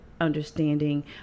understanding